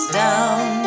down